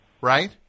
Right